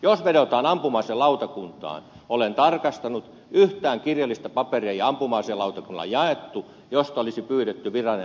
jos vedotaan ampuma aselautakuntaan olen tarkastanut että yhtään kirjallista paperia ei ampuma aselautakunnalle jaettu josta olisi pyydetty virallinen lausunto